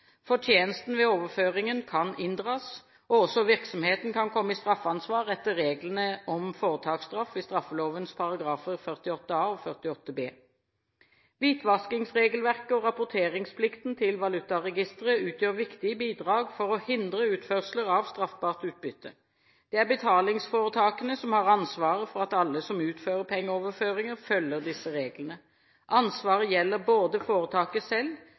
ved overføringen kan inndras. Også virksomheten kan komme i straffansvar etter reglene om foretaksstraff i straffeloven §§ 48a og 48b. Hvitvaskingsregelverket og rapporteringsplikten til valutaregisteret utgjør viktige bidrag for å hindre utførsler av straffbart utbytte. Det er betalingsforetakene som har ansvaret for at alle som utfører pengeoverføringer, følger disse reglene. Ansvaret gjelder foretaket selv